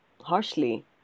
harshly